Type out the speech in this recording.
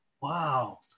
Wow